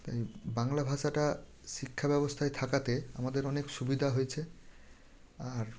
তাই বাংলা ভাষাটা শিক্ষা ব্যবস্থায় থাকাতে আমাদের অনেক সুবিধা হয়েছে আর